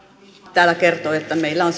täällä kertoi että meillä on